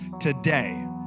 today